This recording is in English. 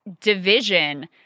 division